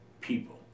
people